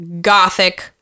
gothic